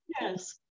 Yes